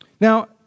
Now